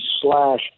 slash